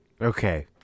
Okay